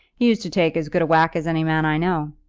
he used to take as good a whack as any man i know.